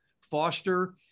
foster